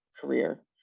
career